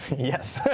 yes.